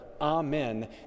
amen